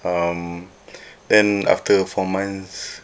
um then after four months